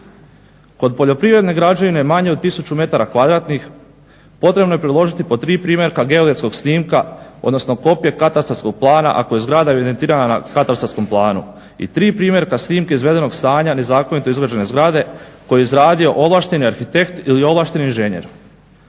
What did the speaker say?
Kod poljoprivredne građevine je manje od 1000 metara kvadratnih, potrebno je priložiti po 3 primjerka geodetskog snimka, odnosno kopije katastarskog plana, ako je zgrada evidentirana na katastarskom planu. I 3 primjerka snimke izvedenog stanja nezakonito izgrađene zgrade koju je izgradio ovlašteni arhitekt ili ovlašteni inženjer.